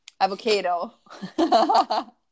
avocado